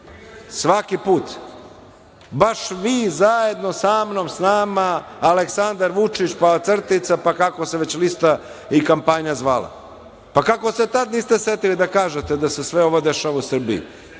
svaki put, baš vi zajedno sa mnom, sa nama, Aleksandar Vučić, pa crtica, pa kako se već lista, kampanja zvala. Pa, kako se tada niste setili da kažete da se sve ovo dešava u Srbiji.